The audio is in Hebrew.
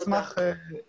תודה.